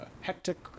hectic